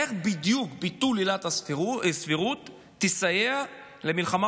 איך בדיוק ביטול עילת הסבירות יסייע למלחמה